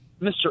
mr